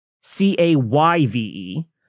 C-A-Y-V-E